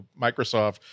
Microsoft